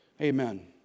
Amen